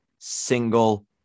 single